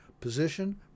position